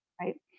right